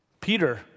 Peter